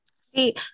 See